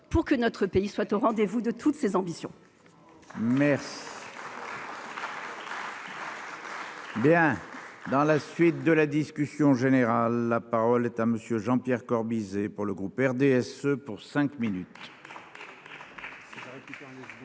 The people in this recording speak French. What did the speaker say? pour que notre pays soit au rendez-vous de toutes ses ambitions.